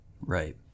Right